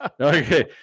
Okay